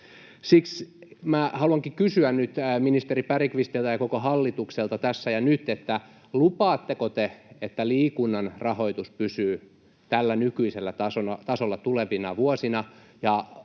minä haluankin kysyä ministeri Bergqvistiltä ja koko hallitukselta tässä ja nyt: Lupaatteko te, että liikunnan rahoitus pysyy tällä nykyisellä tasolla tulevina vuosina?